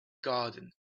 garden